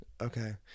Okay